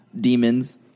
demons